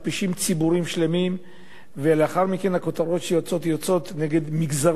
ולאחר מכן הכותרות שיוצאות יוצאות נגד מגזרים שלמים בציבור,